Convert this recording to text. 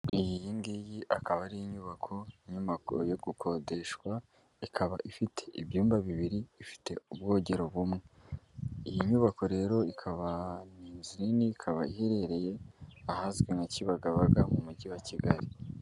Iyi ngiyi akaba ari inyubako, inyubako yo gukodeshwa, ikaba ifite ibyumba bibiri, ifite ubwogero bumwe. Iyi nyubako rero ikaba ni inzu nini, ikaba iherereye ahazwi nka Kibagabaga mu mujyi wa Kigali.